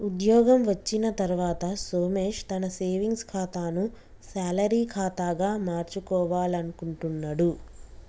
ఉద్యోగం వచ్చిన తర్వాత సోమేష్ తన సేవింగ్స్ ఖాతాను శాలరీ ఖాతాగా మార్చుకోవాలనుకుంటున్నడు